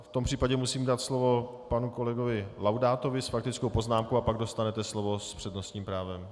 V tom případě musím dát slovo panu kolegovi Laudátovi s faktickou poznámkou, a pak dostanete slovo s přednostním právem.